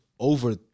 Over